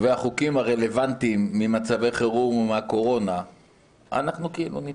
ובחוקים הרלוונטיים ממצבי חירום וקורונה אנחנו נתמוך.